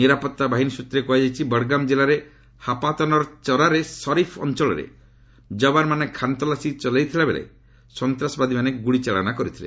ନିରାପତ୍ତା ବାହିନୀ ସୂତ୍ରରେ କୁହାଯାଇଛି ବଡ଼ଗାମ୍ ଜିଲ୍ଲାରେ ହାପାତନର ଚରାରେ ଶରିଫ୍ ଅଞ୍ଚଳରେ ଯବାନମାନେ ଖାନ୍ତଲାସୀ ଚଳେଇଥିବା ବେଳେ ସନ୍ତ୍ରାସବାଦୀମାନେ ଗୁଳିଚାଳନା କରିଥିଲେ